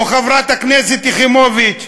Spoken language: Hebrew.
או חברת הכנסת יחימוביץ,